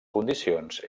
condicions